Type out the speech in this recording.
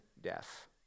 death